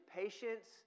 patience